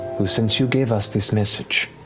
who since you gave us this message,